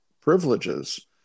privileges